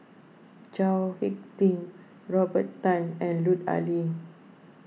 Chao Hick Tin Robert Tan and Lut Ali